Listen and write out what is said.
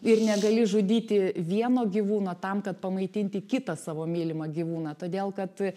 ir negali žudyti vieno gyvūno tam kad pamaitinti kitą savo mylimą gyvūną todėl kad